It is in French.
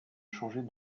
changer